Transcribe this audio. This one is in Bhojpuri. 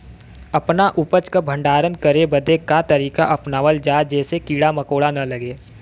अपना उपज क भंडारन करे बदे का तरीका अपनावल जा जेसे कीड़ा मकोड़ा न लगें?